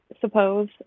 suppose